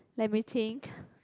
let me think